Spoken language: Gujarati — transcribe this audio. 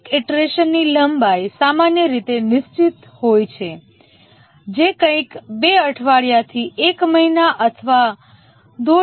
દરેક ઇટરેશનની લંબાઈ સામાન્ય રીતે નિશ્ચિત હોય છે જે કંઈક 2 અઠવાડિયાથી 1 મહિના અથવા 1